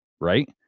right